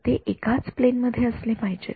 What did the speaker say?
ते एकाच प्लेन मध्ये असले पाहिजेत